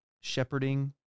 shepherding